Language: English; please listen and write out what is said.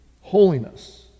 holiness